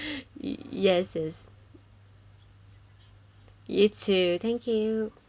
this is you too thank you